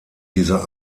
dieser